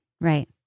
Right